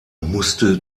musste